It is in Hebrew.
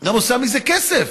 גם עושה מזה כסף.